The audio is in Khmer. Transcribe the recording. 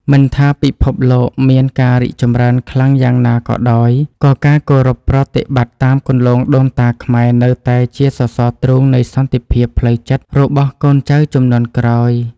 មិនថាពិភពលោកមានការរីកចម្រើនខ្លាំងយ៉ាងណាក៏ដោយ ក៏ការគោរពប្រតិបត្តិតាមគន្លងដូនតាខ្មែរនៅតែជាសរសរទ្រូងនៃសន្តិភាពផ្លូវចិត្តរបស់កូនចៅជំនាន់ក្រោយ។